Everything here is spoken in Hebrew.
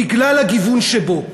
בגלל הגיוון שבו,